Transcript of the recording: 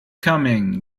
coming